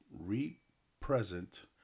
re-present